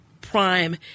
prime